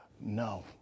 No